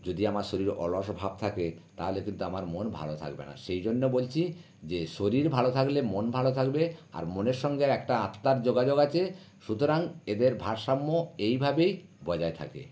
যদি আমার শরীরে অলসভাব থাকে তাহলে কিন্তু আমার মন ভালো থাকবে না সেই জন্য বলছি যে শরীর ভালো থাকলে মন ভালো থাকবে আর মনের সঙ্গে একটা আত্মার যোগাযোগ আচে সুতরাং এদের ভারসাম্য এইভাবেই বজায় থাকে